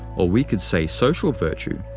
or we could say social virtue,